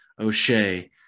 O'Shea